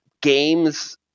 games